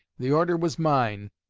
the order was mine,